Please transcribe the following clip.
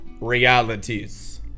realities